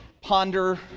ponder